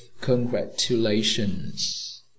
congratulations